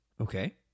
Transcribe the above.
Okay